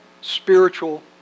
spiritual